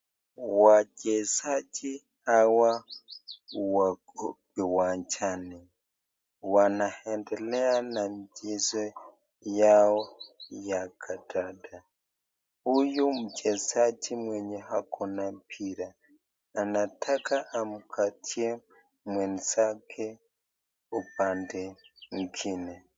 Wachezaji hawa wako uwanjani. Wanaendelea na mchezo yao ya kandanda. Huyu mchezaji mwenye ako na mpira anataka amkatie mwenzake upande ngine.